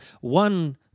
one